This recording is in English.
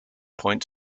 point